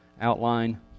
outline